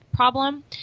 problem